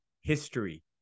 history